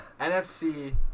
NFC